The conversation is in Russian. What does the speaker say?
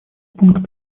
пункт